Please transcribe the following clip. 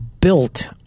built